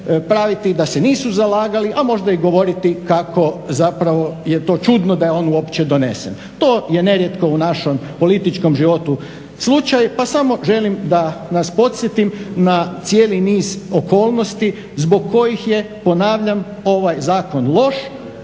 praviti da se nisu zalagali, a možda i govoriti kako zapravo je to čudno da je on uopće donesen. To je nerijetko u našem političkom životu slučaj pa samo želim da nas podsjetim na cijeli niz okolnosti zbog kojih je, ponavljam, ovaj zakon loš.